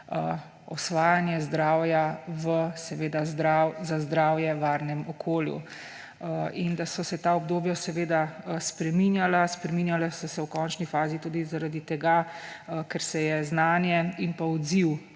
osvajanje zdravja v seveda za zdravje varnem okolju. In da so se ta obdobja spreminjala, spreminjala so se v končni fazi tudi zaradi tega, ker se je znanje in pa odziv